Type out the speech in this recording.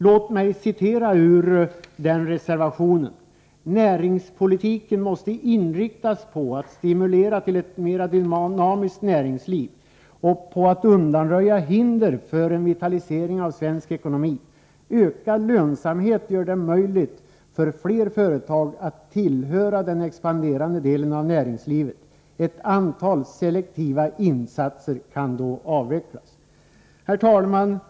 Låt mig citera ur denna reservation: ”Näringspolitiken måste inriktas på att stimulera till ett mera dynamiskt näringsliv och på att undanröja hinder för en vitalisering av svensk ekonomi. Ökad lönsamhet gör det möjligt för fler företag att tillhöra den expanderande delen av näringslivet. Ett antal selektiva insatser kan då avvecklas.” Herr talman!